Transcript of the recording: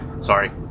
sorry